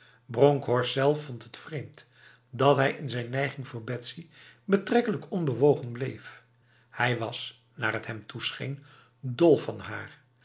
bronkhorst zelf vond het vreemd dat hij in zijn neiging voor betsy betrekkelijk zo onbewogen bleef hij was naar het hem toescheen dol van haar